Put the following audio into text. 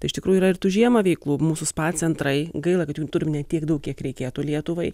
tai iš tikrųjų yra ir tų žiemą veiklų mūsų spa centrai gaila kad jų turim ne tiek daug kiek reikėtų lietuvai